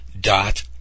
dot